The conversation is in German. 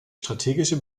strategische